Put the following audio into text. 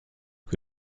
que